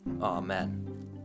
Amen